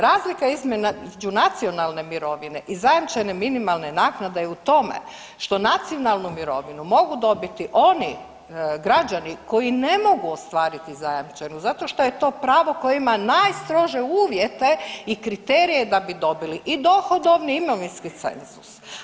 Razlika između nacionalne mirovine i zajamčene minimalne naknade je u tome što nacionalnu mirovinu mogu dobiti oni građani koji ne mogu ostvariti zajamčenu zato što je to pravo koje ima najstrože uvjete i kriterije da bi dobili i dohodovni i imovinski cenzus.